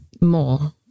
more